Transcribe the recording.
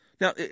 now